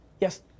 Yes